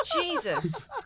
Jesus